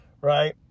Right